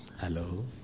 Hello